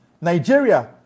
Nigeria